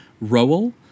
Rowell